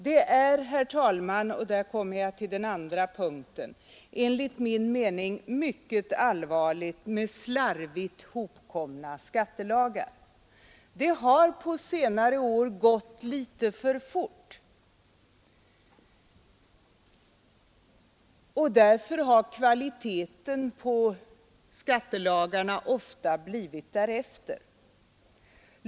Det är, herr talman, — och nu kommer jag till den andra punkten — enligt min mening mycket allvarligt med slarvigt hopkomna skattelagar. Det har på senare år gått litet för fort, och därför har kvaliteten på skattelagarna ofta blivit därefter.